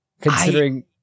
Considering